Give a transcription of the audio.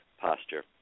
posture